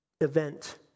event